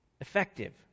effective